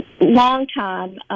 long-time